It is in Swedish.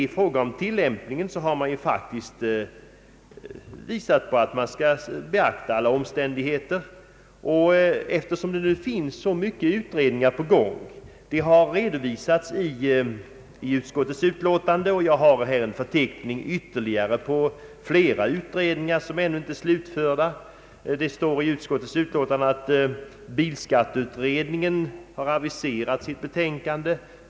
I fråga om tillämpningen har man faktiskt visat att alla omständigheter skall beaktas. Det finns många pågående utredningar vilka har redovisats i utskottsutlåtandet, och jag har här ytterligare en förteckning på flera utredningar som ännu inte är slutförda; i utskottsutlåtandet sägs att bilskatteutredningen har aviserat sitt betänkande.